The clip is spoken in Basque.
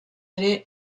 ere